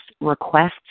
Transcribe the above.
requests